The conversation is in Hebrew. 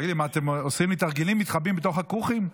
אתם עושים לי תרגילים, מתחבאים בתוך הכוכים?